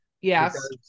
Yes